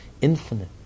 infinite